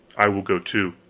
i will go, too.